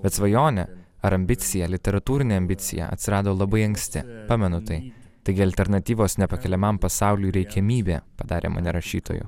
bet svajonė ar ambicija literatūrina ambicija atsirado labai anksti pamenu tai taigi alternatyvos nepakeliamam pasauliui reikiamybė padarė mane rašytoju